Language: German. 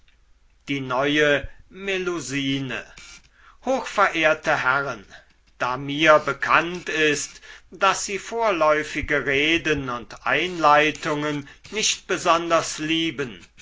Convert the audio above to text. die neue melusine hochverehrte herren da mir bekannt ist daß sie vorläufige reden und einleitungen nicht besonders lieben